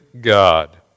God